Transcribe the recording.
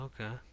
okay